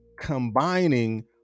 combining